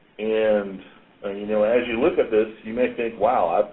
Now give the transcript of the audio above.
and and you know as you look at this, you may think, wow,